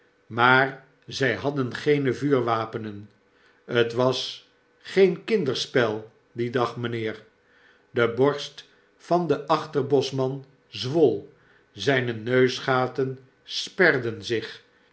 maar zy hadden geene vuurwapenen t was geen kinderspel dien dag mijnheer de borst van den achterboschman zwol zyne neusgaten sperden zich